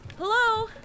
Hello